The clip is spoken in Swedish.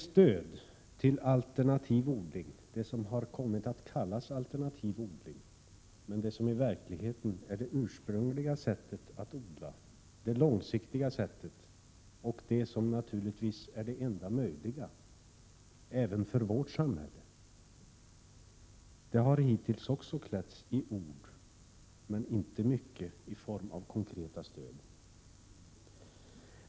Stöd till det som har kommit att kallas alternativ odling — men som i verkligheten är det ursprungliga och långsiktiga odlingssättet, det som naturligtvis är det enda möjliga även i vårt samhälle — har hittills också klätts i ord men inte funnits så mycket i konkreta former.